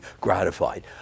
gratified